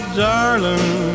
darling